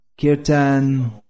kirtan